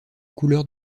couleurs